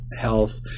health